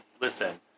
listen